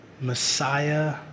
Messiah